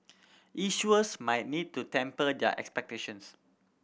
issuers might need to temper their expectations